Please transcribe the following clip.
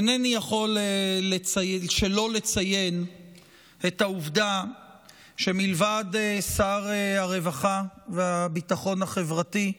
אינני יכול שלא לציין את העובדה שמלבד שר הרווחה והביטחון החברתי,